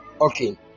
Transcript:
Okay